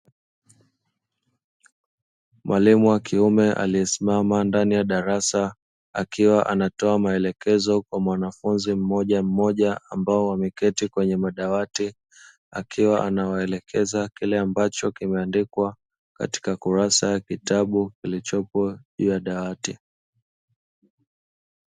Mwalimu wa kiume aliyesimama ndani ya darasa akiwa anatoa maelekezo kwa mwanafunzi mmoja mmoja ambao wameketi kwenye madawati, akiwa anawaelekeza kile ambacho kimeandikwa katika kurasa ya kitabu kilichopo juu ya dawati.